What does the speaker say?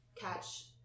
catch